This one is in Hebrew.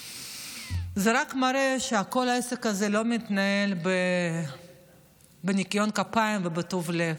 וזה רק מראה שכל העסק הזה לא מתנהל בניקיון כפיים ובתום לב.